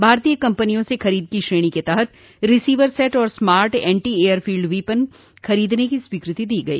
भारतीय कम्पनियों से खरीद की श्रणी के तहत रिसीवर सेट और smart anti air field weapon खरीदने की स्वीकृति दी गई